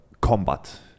combat